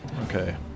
Okay